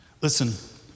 Listen